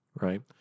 Right